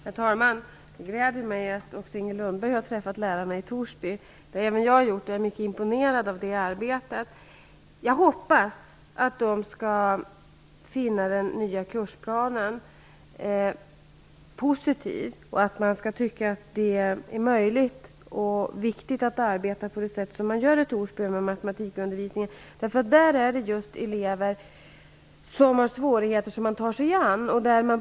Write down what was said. Herr talman! Det glädjer mig att Inger Lundberg har träffat lärarna i Torsby. Det har även jag gjort, och jag är mycket imponerad av deras arbete. Jag hoppas att lärarna där kommer att finna den nya kursplanen positiv och att de kommer att tycka att det är möjligt och viktigt att fortsätta att arbeta som de gör med matematikundervisningen. I Torsby tar man sig an just elever som har svårigheter.